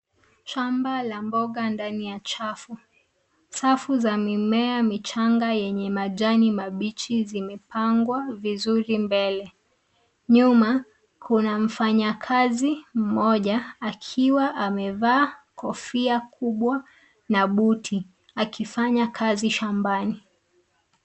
Shamba la mboga ndani ya chafu. Safu za mimea michanga yenye majani mabichi zimepangwa vizuri mbele. Nyuma kuna mfanyakazi mmoja akiwa amevaa kofia kubwa na buti akifanya kazi shambani.